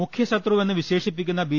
മുഖ്യ ശത്രുവെന്ന് വിശേഷിപ്പിക്കുന്ന ബി